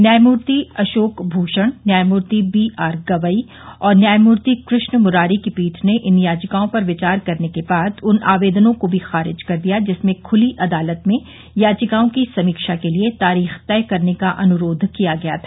न्यायमूर्ति अशोक भूषण न्यायमूर्ति B R Gavai और न्यायमूर्ति कृष्ण मूरारी की पीठ ने इन याचिकाओं पर विचार करने के बाद उन आवेदनों को भी खारिज कर दिया जिसमें खुली अदालत में याचिकाओं की समीक्षा के लिए तारीख तय करने का अनुरोध किया गया था